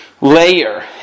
layer